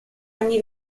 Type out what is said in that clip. anni